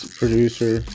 producer